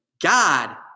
God